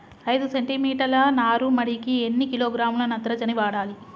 ఐదు సెంటిమీటర్ల నారుమడికి ఎన్ని కిలోగ్రాముల నత్రజని వాడాలి?